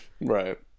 Right